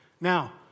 Now